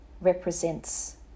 represents